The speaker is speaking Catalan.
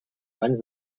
abans